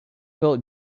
built